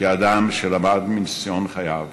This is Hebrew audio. כאדם שלמד מניסיון חייו